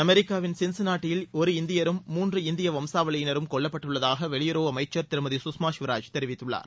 அமெரிக்காவின் சின்சினாட்டியில் ஒரு இந்தியரும் மூன்று இந்திய வம்சாவளியினரும் கொல்லப்பட்டுள்ளதாக வெளியுறவு அமைச்சர் திருமதி சுஷ்மா சுவராஜ் தெரிவித்துள்ளார்